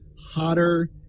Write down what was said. hotter